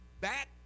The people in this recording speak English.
back